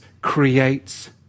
creates